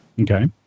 Okay